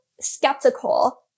skeptical